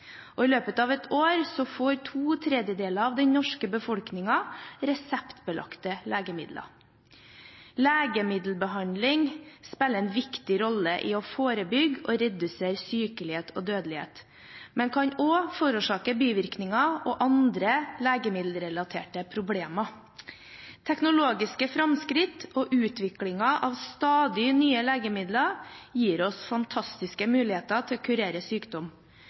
I løpet av ett år får to tredjedeler av den norske befolkningen reseptbelagte legemidler. Legemiddelbehandling spiller en viktig rolle i å forebygge og redusere sykelighet og dødelighet, men kan også forårsake bivirkninger og andre legemiddelrelaterte problemer. Teknologiske framskritt og utviklingen av stadig nye legemidler gir oss fantastiske muligheter til å kurere sykdom.